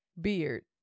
beard